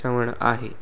चवण आहे